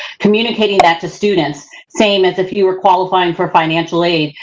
communicating that to students, same as if you were qualifying for financial aid,